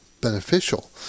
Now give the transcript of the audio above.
beneficial